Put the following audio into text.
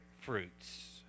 fruits